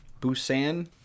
Busan